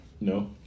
No